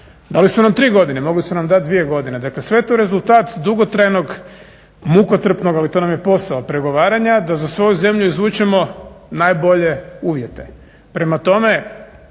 Dali su nam tri godine, mogli su nam dati dvije godine. Dakle, sve je to rezultat dugotrajnog mukotrpnog, ali to nam je posao, pregovaranja da za svoju zemlju izvučemo najbolje uvjete.